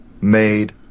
made